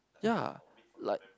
ya like